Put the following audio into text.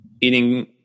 eating